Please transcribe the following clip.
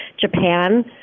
Japan